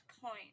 point